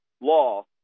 law